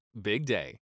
BIGDAY